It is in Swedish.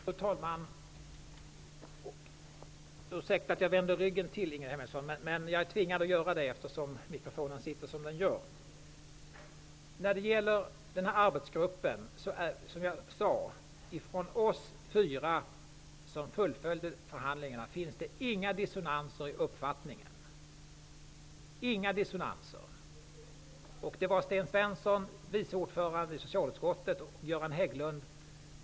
Fru talman! Ursäkta att jag vänder ryggen till, Ingrid Hemmingsson, men jag är tvingad att göra det eftersom mikrofonen sitter som den gör. När det gäller arbetsgruppen finns det, som jag sade, inga dissonanser i uppfattningen bland oss fyra som fullföljde förhandlingarna.